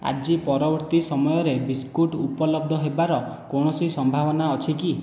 ଆଜି ପରବର୍ତ୍ତୀ ସମୟରେ ବିସ୍କୁଟ୍ ଉପଲବ୍ଧ ହେବାର କୌଣସି ସମ୍ଭାବନା ଅଛି କି